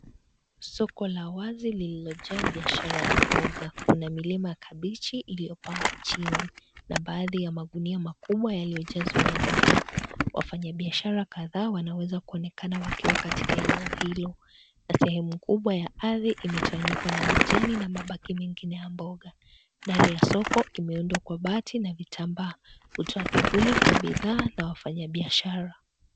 Soko la wazi lililojaa biashara ya mboga , kuna milima ya kabichi liyopangwa chini na baadhi ya magunia makubwa yaliyojazwa na bidhaaa. Wafanyabiashara kadhaa wanaweza kuonekana wakiwa katika eneo hilo na sehemu kubwa ya ardhi imetawanyikwa na majani na mabaki mengine ya mboga. Dare ya soko imeundwa kwa bati na vitambaa kutoa kivuli kwa bidhaa na wanabiashara.